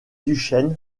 duchesne